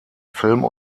film